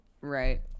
Right